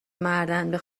مردن، به